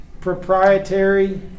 proprietary